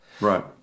Right